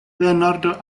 leonardo